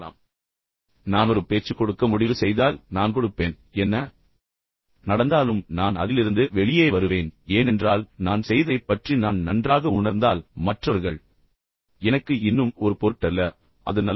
எனவே நான் ஒரு பேச்சு கொடுக்க முடிவு செய்தால் நான் கொடுப்பேன் என்ன நடந்தாலும் நான் அதிலிருந்து வெளியே வருவேன் ஏனென்றால் நான் செய்ததைப் பற்றி நான் நன்றாக உணர்ந்தால் மற்றவர்கள் எனக்கு இன்னும் ஒரு பொருட்டல்ல எனவே அது நல்லது